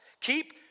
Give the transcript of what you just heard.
Keep